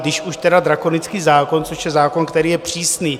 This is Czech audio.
Když už, teda drakonický zákon, což je zákon, který je přísný.